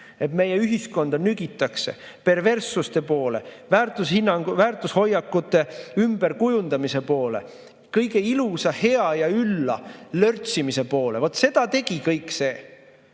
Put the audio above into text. Meie ühiskonda nügitakse perverssuste poole, väärtushoiakute ümberkujundamise poole, kõige ilusa, hea ja ülla lörtsimise poole. Vot seda tegi kõik see. Ma